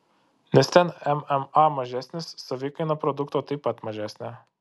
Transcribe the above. nes ten mma mažesnis savikaina produkto taip pat mažesnė